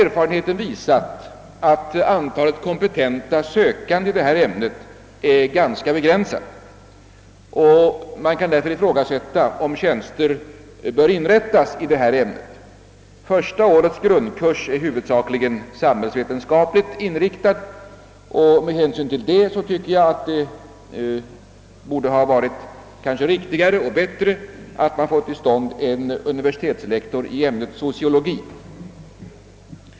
Erfarenheten har visat att antalet kompetenta sökande i ämnet är ganska begränsat, och man kan därför ifrågasätta om någon sådan tjänst bör inrättas. Med hänsyn till att första årets grundkurs huvudsakligen är samhällsvetenskapligt inriktad hade det kanske varit riktigare och bättre att i stället inrätta ett universitetslektorat i ämnet sociologi.